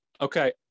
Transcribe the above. okay